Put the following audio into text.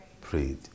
Prayed